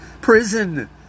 Prison